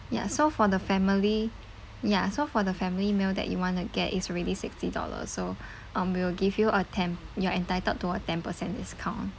ya so for the family ya so for the family meal that you want to get is already sixty dollar so um we will give you a ten you're entitled to a ten percent discount